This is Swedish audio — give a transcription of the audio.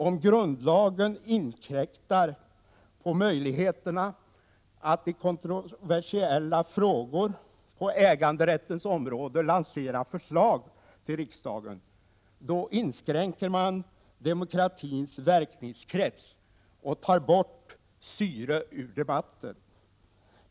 Om grundlagen inkräktar på möjligheterna att i kontroversiella frågor på äganderättens område lansera förslag till riksdagen, då inskränks demokratins verkningskrets och syre tas 2 bort ur debatten.